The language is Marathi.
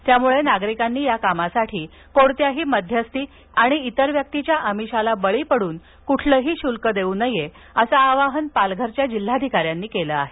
त्यामुळे नागरीकांनी या कामासाठी कोणत्याही मध्यस्थी आणि इतर व्यक्तीच्या अमिषाला बळी पडून कोणतं ही शुल्क देऊ नये असं आवाहन पालघर च्या जिल्हाधिकाऱ्यांनी केलं आहे